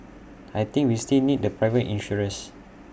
I think we still need the private insurers